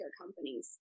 companies